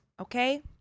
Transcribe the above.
Okay